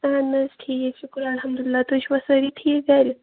اَہَن حظ ٹھیٖک شُکُر اَلحَمدُاللہ تُہۍ چھِوا سأری ٹھیٖک گَرِ